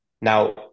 Now